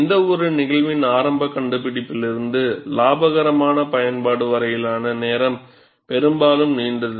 எந்தவொரு நிகழ்வின் ஆரம்ப கண்டுபிடிப்பிலிருந்து இலாபகரமான பயன்பாடு வரையிலான நேரம் பெரும்பாலும் நீண்டது